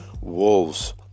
wolves